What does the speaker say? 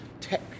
tech